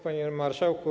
Panie Marszałku!